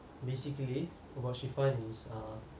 basically about shefun is err